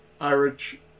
Irish